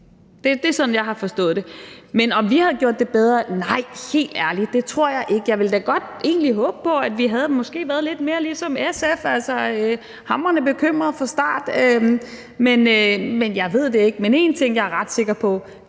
det er sådan, jeg har forstået det. Men om vi lige havde gjort det bedre: Nej, helt ærligt, det tror jeg ikke. Jeg ville da egentlig godt håbe på, at vi havde været lidt mere ligesom SF, altså hamrende bekymrede fra start, men jeg ved det ikke. Men én ting, jeg er ret sikker på,